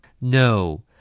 No